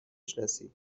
شناسی